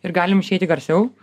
ir galim išeiti garsiau